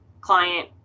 client